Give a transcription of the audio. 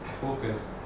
focus